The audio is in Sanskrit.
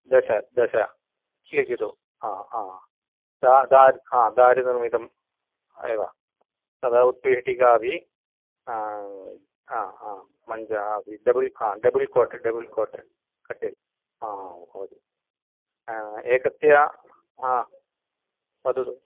दश दश लिखतु हा दा दा हा दारुनिर्मितम् एव तदा उत्पीठिका अपि हा मञ्चः अपि डबल् हा डबुल् कोट् डबुल् कोट् क ट्य ह एकस्य हा वदतु